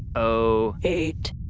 uh-oh. eight.